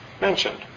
mentioned